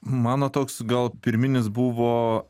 mano toks gal pirminis buvo